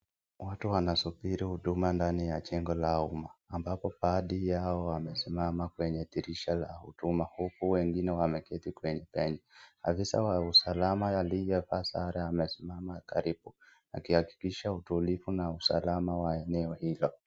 Watu wanasubiri huduma ndani ya jengo la huduma ambapo baadhi yao wamesimama kwenye dirisha la huduma huku wengine wameketi kwenye laini .Afisa wa usalama aliyevaa sare amesimama karibu akihakikisha utulivu na usalama wa eneo hilo.